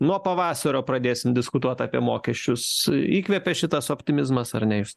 nuo pavasario pradėsim diskutuot apie mokesčius įkvepia šitas optimizmas ar ne jus